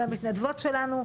על המתנדבות שלנו,